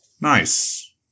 Nice